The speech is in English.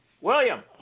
William